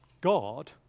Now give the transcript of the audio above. God